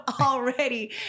already